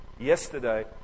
yesterday